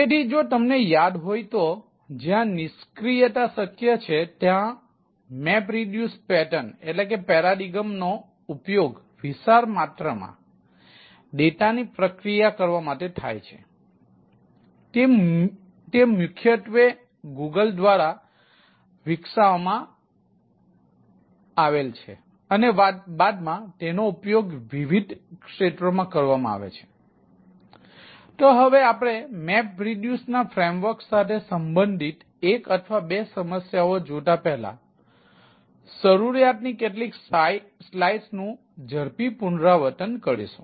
તેથી જો તમને યાદ હોય તો જ્યાં નિષ્ક્રિયતા શક્ય છે ત્યાં મેપરિડ્યુસ પેટર્ન સાથે સંબંધિત એક અથવા બે સમસ્યાઓ જોતા પહેલા શરૂઆતની કેટલીક સ્લાઇડ્સ નું ઝડપી પુનરાવર્તન કરીશું